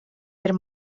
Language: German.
der